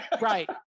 Right